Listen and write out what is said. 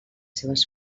seves